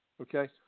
Okay